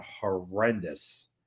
horrendous